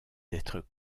d’être